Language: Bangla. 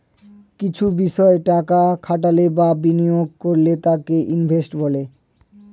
কিছু বিষয় টাকা খাটালে বা বিনিয়োগ করলে তাকে ইনভেস্টমেন্ট বলে